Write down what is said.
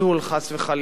חס וחלילה,